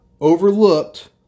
overlooked